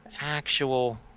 actual